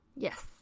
Yes